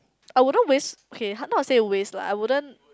I wouldn't waste okay not say waste lah I wouldn't